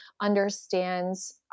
understands